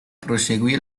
proseguì